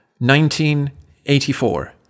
1984